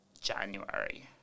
January